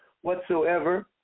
whatsoever